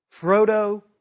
Frodo